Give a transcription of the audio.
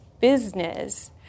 business